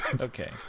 Okay